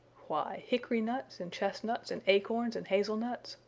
why, hickory nuts and chestnuts and acorns and hazel nuts,